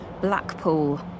Blackpool